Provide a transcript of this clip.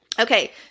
Okay